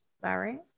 Sorry